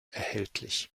erhältlich